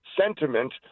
sentiment